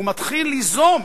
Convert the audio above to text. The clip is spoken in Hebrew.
הוא מתחיל ליזום,